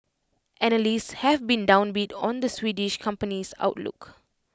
analysts have been downbeat on the Swedish company's outlook